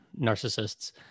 narcissists